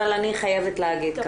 אבל אני חייבת להגיד,